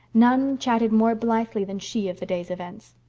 none chatted more blithely than she of the day's events.